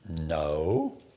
No